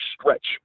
stretch